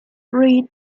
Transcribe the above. three